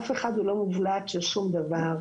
אף אחד הוא לא מובלעת של שום דבר,